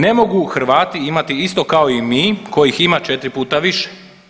Ne mogu Hrvati imati isto kao i mi kojih ima 4 puta više.